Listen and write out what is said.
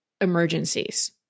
emergencies